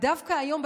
ודווקא היום,